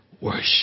worship